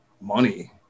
money